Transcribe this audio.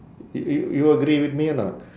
y~ y~ you agree with me or not